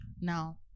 now